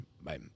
bye